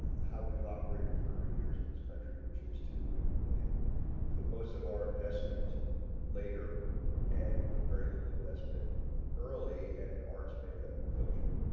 how we've operated for years in this country which is to and put most of our investment later and put very little investment early and and arts made a coaching.